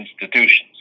institutions